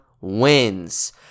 wins